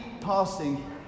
passing